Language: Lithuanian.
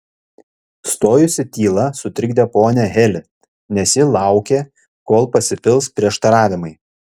stojusi tyla sutrikdė ponią heli nes ji laukė kol pasipils prieštaravimai